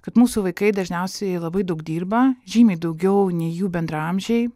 kad mūsų vaikai dažniausiai labai daug dirba žymiai daugiau nei jų bendraamžiai